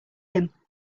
him